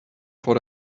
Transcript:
vor